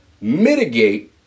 Mitigate